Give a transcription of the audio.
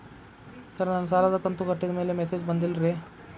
sir ನನ್ನ ಸಾಲದ ಕಂತು ಕಟ್ಟಿದಮೇಲೆ ಮೆಸೇಜ್ ಬಂದಿಲ್ಲ ರೇ